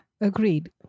agreed